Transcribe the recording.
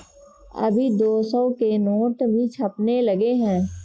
अभी दो सौ के नोट भी छपने लगे हैं